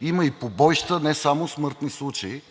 има и побоища, не само смъртни случаи,